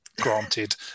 granted